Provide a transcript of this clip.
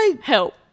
help